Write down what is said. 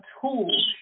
tool